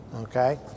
okay